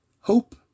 hope